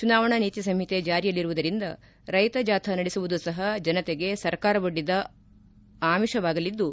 ಚುನಾವಣಾ ನೀತಿ ಸಂಹಿತೆ ಜಾರಿಯಲ್ಲಿರುವುದರಿಂದ ರೈತ ಜಾಥಾ ನಡೆಸುವುದೂ ಸಹ ಜನತೆಗೆ ಸರ್ಕಾರವೊಡ್ಡಿದ ಆಮಿಷವಾಗಲಿದ್ದು